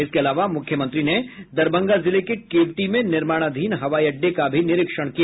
इसके अलावा मुख्यमंत्री ने दरभंगा जिले के केवटी में निर्माणाधीन हवाई अड्डे का भी निरीक्षण किया